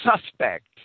suspect